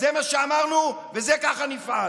זה מה שאמרנו וככה נפעל.